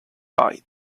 buy